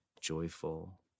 joyful